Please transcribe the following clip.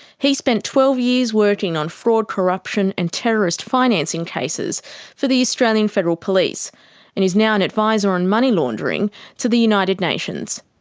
he spent twelve years working on fraud, corruption and terrorist financing cases for the australian federal police and is now an adviser on money laundering to the united nations.